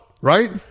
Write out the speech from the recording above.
right